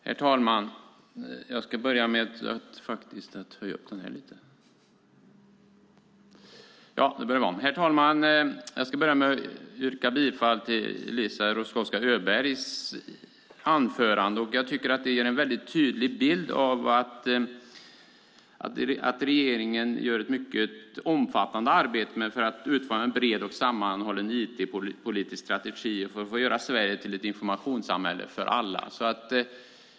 Herr talman! Jag börjar med att instämma i Eliza Roszkowska Öbergs anförande. Det ger en väldigt tydlig bild av att regeringen gör ett mycket omfattande arbete för att utforma en bred och sammanhållen IT-politisk strategi och för att göra Sverige till ett informationssamhälle för alla.